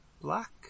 black